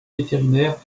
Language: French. vétérinaire